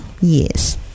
Yes